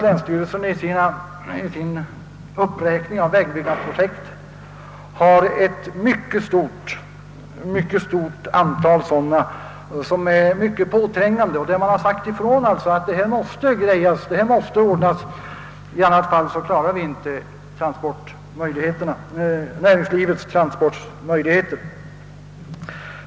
Länsstyrelsen har tvärtom i sin uppräkning av vägbyggnadsprojekt upptagit ett stort antal sådana, vilka är av mycket påträngande natur. Man har uttalat att dessa projekt måste genom föras, eftersom man i annat fall inte kan tillgodose näringslivets transport behov.